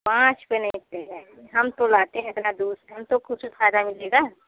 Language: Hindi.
पाँच में नहीं दे पाएँगे हम तो लाते हैं इतना दूर से हम तो कुछ फ़ायदा नहीं ले रहे हैं